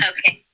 Okay